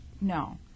No